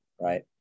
right